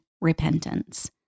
repentance